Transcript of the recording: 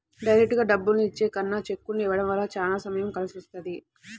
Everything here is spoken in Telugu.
డైరెక్టుగా డబ్బుల్ని ఇచ్చే కన్నా చెక్కుల్ని ఇవ్వడం వల్ల చానా సమయం కలిసొస్తది